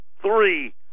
three